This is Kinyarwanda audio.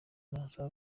nasaba